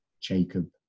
Jacob